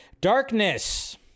Darkness